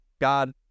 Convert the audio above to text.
God